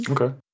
Okay